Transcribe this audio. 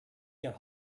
get